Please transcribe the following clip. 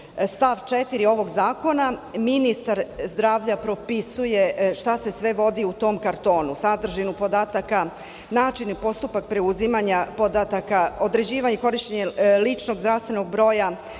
stav 4. ovog zakona ministar zdravlja propisuje šta se sve vodi u tom kartonu, sadržinu podataka, način i postupak preuzimanja podataka, određivanje i korišćenje ličnog zdravstvenog broja